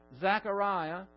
Zechariah